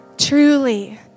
Truly